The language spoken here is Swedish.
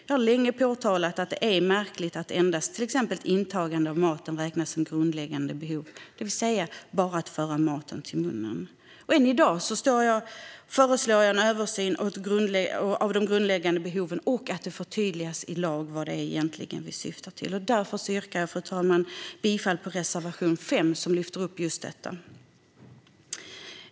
Jag har länge påtalat att det är märkligt att endast till exempel intagandet av maten räknas som ett grundläggande behov - det vill säga bara att föra maten till munnen. Än i dag föreslår jag en översyn av de grundläggande behoven och att det förtydligas i lag vad det egentligen är vi syftar på. Därför, fru talman, yrkar jag bifall till reservation 5, som lyfter upp just detta.